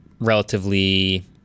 relatively